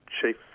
chief